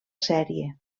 sèrie